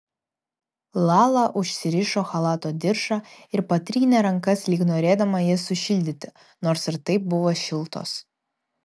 lala užsirišo chalato diržą ir patrynė rankas lyg norėdama jas sušildyti nors ir taip buvo šiltos